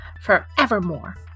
forevermore